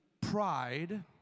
pride